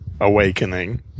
awakening